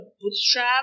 Bootstrap